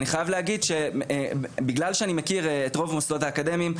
אני חייב להגיד שבגלל שאני מכיר את רוב המוסדות האקדמיים,